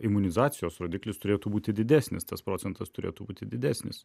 imunizacijos rodiklis turėtų būti didesnis tas procentas turėtų būti didesnis